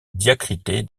diacritée